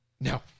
No